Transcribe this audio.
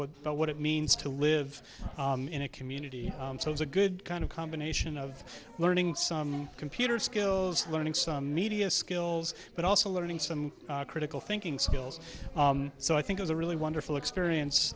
what but what it means to live in a community so it's a good kind of combination of learning some computer skills learning some media skills but also learning some critical thinking skills so i think it's a really wonderful experience